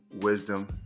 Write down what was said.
wisdom